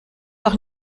doch